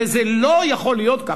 וזה לא יכול להיות כך,